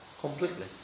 completely